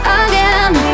again